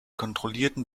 kontrollierten